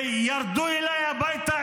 ירדו אליי הביתה,